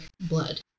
blood